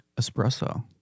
espresso